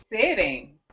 Sitting